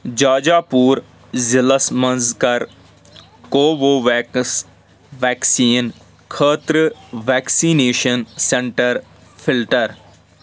جاجا پوٗر ضِلعس مَنٛز کر کووو ویٚکس ویکسیٖن خٲطرٕ ویکسِنیشن سینٹر فلٹر